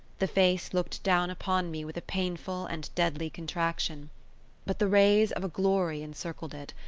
the face looked down upon me with a painful and deadly contraction but the rays of a glory encircled it,